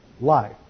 life